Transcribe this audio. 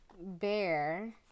bear